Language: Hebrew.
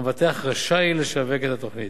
המבטח רשאי לשווק את התוכנית.